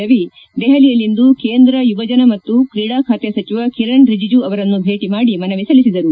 ರವಿ ದೆಹಲಿಯಲ್ಲಿಂದು ಕೇಂದ್ರ ಯುವಜನ ಮತ್ತು ಕ್ರೀಡಾ ಖಾತೆ ಸಚಿವ ಕಿರಣ್ ರಿಜಿಜು ಅವರನ್ನು ಭೇಟಿ ಮಾಡಿ ಮನವಿ ಸಲ್ಲಿಸಿದರು